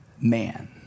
man